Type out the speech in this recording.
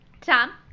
Tom